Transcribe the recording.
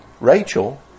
Rachel